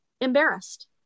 embarrassed